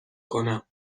کنم